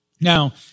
Now